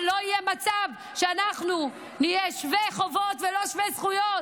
אבל לא יהיה מצב שאנחנו נהיה שווי חובות ולא שווי זכויות.